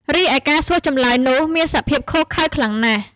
រីឯការសួរចម្លើយនោះមានសភាពឃោរឃៅខ្លាំងណាស់។